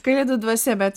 kalėdų dvasia bet